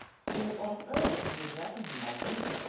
who on earth could be addressing him by name?